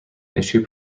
issue